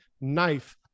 knife